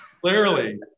clearly